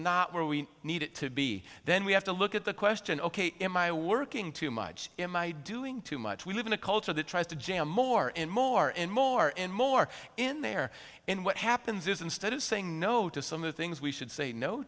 not where we need it to be then we have to look at the question ok am i working too much in my doing too much we live in a culture that tries to jam more and more and more and more in there and what happens is instead of saying no to some of the things we should say no